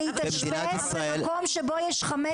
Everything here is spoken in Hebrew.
להתאשפז במקום שבו יש חמץ?